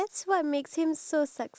ya